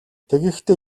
тэгэхдээ